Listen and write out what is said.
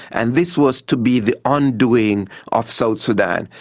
and this was to be the undoing of south sudan.